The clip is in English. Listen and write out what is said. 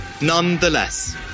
nonetheless